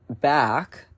back